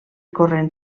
corrent